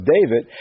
David